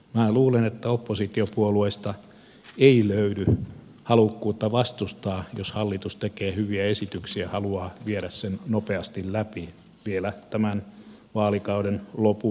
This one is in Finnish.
minä luulen että oppositiopuolueista ei löydy halukkuutta vastustaa jos hallitus tekee hyviä esityksiä ja haluaa viedä ne nopeasti läpi vielä tämän vaalikauden lopun aikana